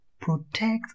protect